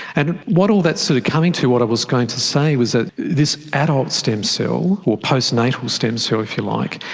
and what all that's sort of coming to, what i was going to say, was that this adult stem cell, or post-natal stem cell, so if you like,